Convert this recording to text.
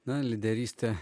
na lyderystė